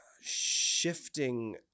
shifting